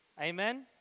Amen